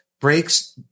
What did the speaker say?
breaks